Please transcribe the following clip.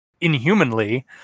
inhumanly